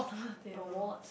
award